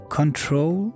control